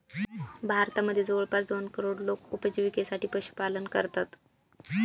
भारतामध्ये जवळपास दोन करोड लोक उपजिविकेसाठी पशुपालन करतात